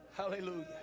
Hallelujah